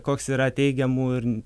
koks yra teigiamų ir